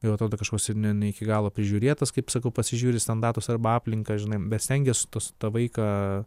jau atrodo kažkoks ir ne ne iki galo prižiūrėtas kaip sakau pasižiūri į standartus arba aplinką žinai bet stengies su tą vaiką